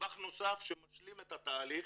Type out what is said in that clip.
נדבך נוסף שמשלים את התהליך,